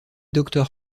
doctor